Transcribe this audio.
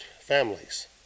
families